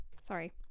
sorry